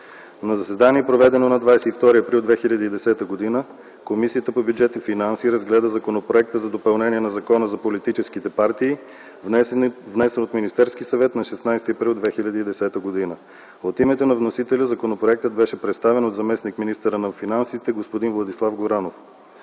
„На заседание, проведено на 22 април 2010 г. Комисията по бюджет и финанси разгледа Законопроекта за допълнение на Закона за политическите партии, внесен от Министерския съвет на 16 април 2010 г. От името на вносителя законопроектът беше представен от заместник-министъра на финансите – господин Владислав Горанов.